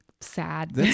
sad